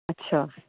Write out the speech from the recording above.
اچھا